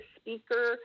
speaker